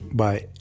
bye